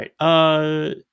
right